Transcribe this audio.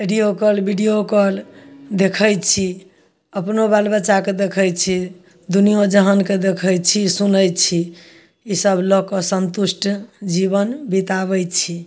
video call video call देखै छी अपनो बाल बच्चाके देखै छी दुनियाॅं जहानके देखै छी सुनै छी इसब लऽ कऽ सन्तुष्ट जीबन बिताबै छी